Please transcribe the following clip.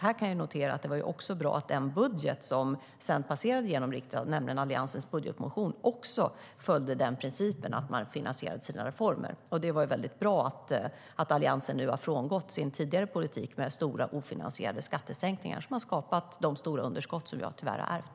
Här kan jag notera att det var bra att den budget som sedan passerade genom riksdagen, nämligen Alliansens budgetmotion, också följde den principen, att man finansierade sina reformer. Det är väldigt bra att Alliansen nu har frångått sin tidigare politik med stora ofinansierade skattesänkningar som har skapat de stora underskott som jag tyvärr har ärvt.